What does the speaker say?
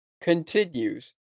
continues